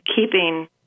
keeping